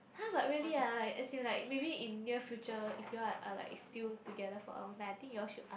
!huh! but really ah as in like maybe in near future if you all are like still together for long then I think you all should ask